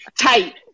Tight